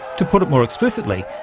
to put it more explicitly,